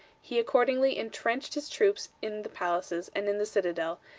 he accordingly intrenched his troops in the palaces and in the citadel,